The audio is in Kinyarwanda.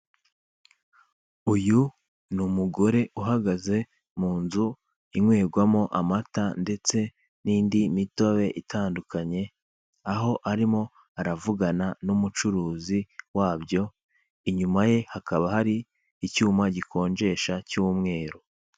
Uyu ni umugore uhagaze mu nzu inywebwamo amata ndetse n'indi mitobe itandukanye, aho arimo aravugana n'umucuruzi wabyo, inyuma ye hakaba hari icyuma gikonjesha cy'umweru.